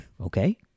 Okay